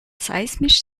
seismisch